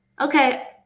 okay